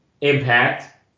Impact